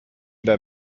der